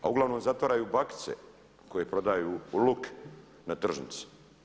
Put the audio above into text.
A uglavnom zatvaraju bakice koje prodaju luk na tržnici.